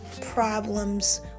problems